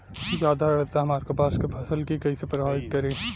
ज्यादा आद्रता हमार कपास के फसल कि कइसे प्रभावित करी?